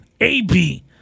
AB